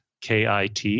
KIT